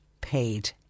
paid